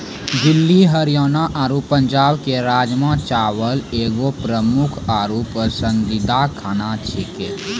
दिल्ली हरियाणा आरु पंजाबो के राजमा चावल एगो प्रमुख आरु पसंदीदा खाना छेकै